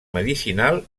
medicinal